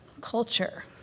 culture